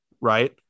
right